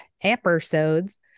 episodes